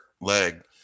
leg